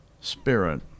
spirit